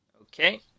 Okay